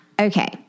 Okay